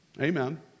Amen